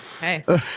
Hey